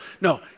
No